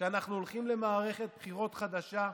כשאנחנו הולכים למערכת בחירות חדשה,